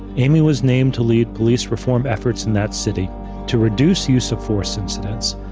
amy was named to lead police reform efforts in that city to reduce use of force incidents,